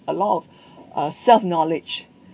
a lot of uh self knowledge